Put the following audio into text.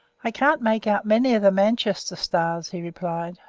i can't make out many of the manchester stars, he replied.